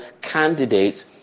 candidates